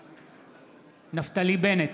בעד נפתלי בנט,